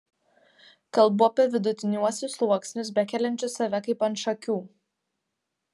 kalbu apie vidutiniuosius sluoksnius bekeliančius save kaip ant šakių